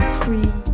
free